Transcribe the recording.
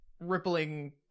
rippling